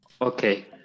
Okay